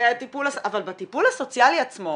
אבל בטיפול הסוציאלי עצמו?